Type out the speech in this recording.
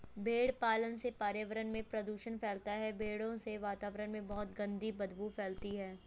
भेड़ पालन से पर्यावरण में प्रदूषण फैलता है भेड़ों से वातावरण में बहुत गंदी बदबू फैलती है